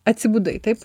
atsibudai taip